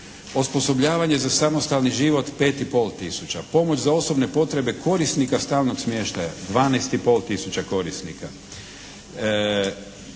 Osposobljavanje za samostalni život 5 i pol tisuća. Pomoć za osobne potrebe korisnika stalnog smještaja 12 i pol tisuća